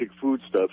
foodstuffs